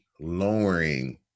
lowering